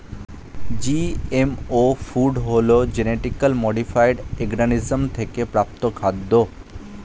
GMO food হলো genetically modified organism থেকে প্রাপ্ত খাদ্য